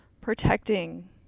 protecting